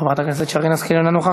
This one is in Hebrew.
חבר הכנסת באסל גטאס, אינו נוכח.